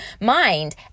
mind